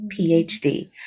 PhD